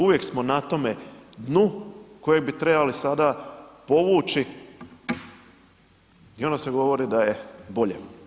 Uvijek smo na tome dnu koji bi trebali sada povući i onda se govori da je bolje.